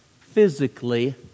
physically